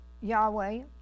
Yahweh